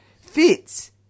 fits